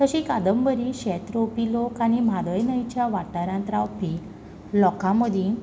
तशी कांदबरी शेत रोवपी लोक आनी म्हादय न्हयच्या वाठारांत रावपी लोकां मदी